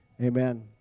Amen